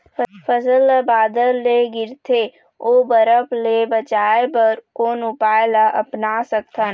फसल ला बादर ले गिरथे ओ बरफ ले बचाए बर कोन उपाय ला अपना सकथन?